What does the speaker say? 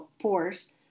Force